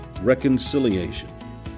Reconciliation